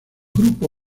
grupo